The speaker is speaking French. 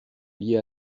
liée